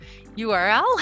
URL